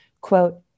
Quote